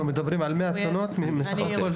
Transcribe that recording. אנחנו מדברים על 100 תלונות בסך הכול?